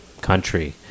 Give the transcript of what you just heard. country